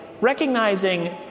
recognizing